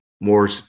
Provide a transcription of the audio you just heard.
more